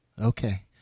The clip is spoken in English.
Okay